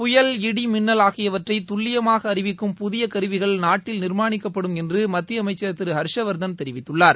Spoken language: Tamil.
புயல் இடிமின்னல் ஆகியவற்றை துல்லியமாக அறிவிக்கும் புதிய கருவிகள் நாட்டில் நிர்மானிக்கப்படும் என்று மத்திய அமைச்சள் திரு ஹர்ஷவர்தன் தெரிவித்துள்ளார்